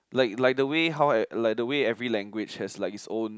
like like the way how I like the way every language has like it own